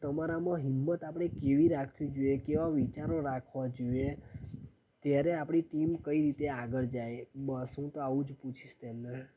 તમારામાં હિંમત આપણે કેવી રાખવી કેવા વિચારો રાખવા જોઈએ જ્યારે આપણી ત્યારે ટીમ કઈ રીતે આગળ જાય બસ હું તો આવું જ પૂછીશ તેમને ર ર